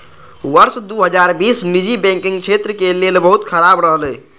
वर्ष दू हजार बीस निजी बैंकिंग क्षेत्र के लेल बहुत खराब रहलै